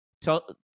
Tell